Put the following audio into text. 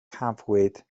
cafwyd